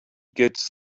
gets